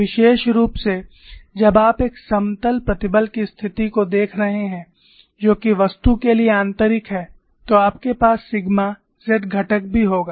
विशेष रूप से जब आप एक समतल प्रतिबल की स्थिति को देख रहे हैं जो कि वस्तु के लिए आंतरिक है तो आपके पास सिग्मा z घटक भी होगा